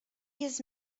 йөз